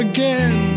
Again